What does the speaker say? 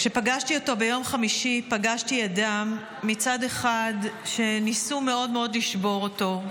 כשפגשתי אותו ביום חמישי פגשתי אדם שמצד אחד ניסו מאוד מאוד לשבור אותו,